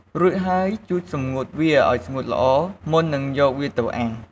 រួចហើយជូតសម្ងួតវាឱ្យស្ងួតល្អ មុននឹងយកវាទៅអាំង។